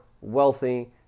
wealthy